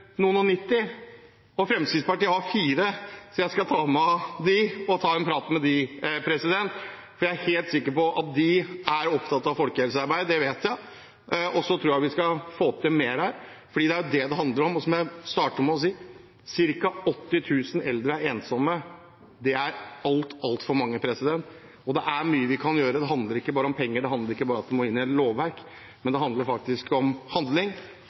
90, og Fremskrittspartiet har 4. Jeg skal ta meg av dem og ta en prat med dem, for jeg er helt sikker på at de er opptatt av folkehelsearbeid. Det vet jeg. Så tror jeg vi skal få til mer, for det er det det handler om. Som jeg startet med å si: Ca. 80 000 eldre er ensomme. Det er altfor mange, og det er mye vi kan gjøre. Det handler ikke bare om penger, og det handler ikke bare om at det må inn i et lovverk. Det handler faktisk om handling,